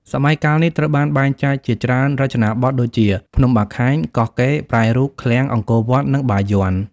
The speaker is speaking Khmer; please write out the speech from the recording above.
សម័យកាលនេះត្រូវបានបែងចែកជាច្រើនរចនាបថដូចជា ភ្នំបាខែង កោះកេរ្តិ៍ ប្រែរូប ឃ្លាំង អង្គរវត្ត និងបាយ័ន។